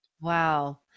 Wow